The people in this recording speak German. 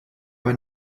bei